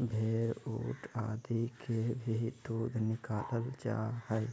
भेड़, ऊंट आदि के भी दूध निकालल जा हई